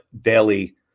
daily